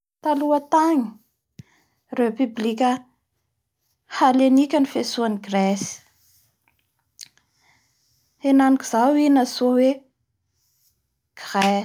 Taloha tagny Republique Halenique ny fiantsoana an'i Grece henaniky izao i natsoa hoe Grece.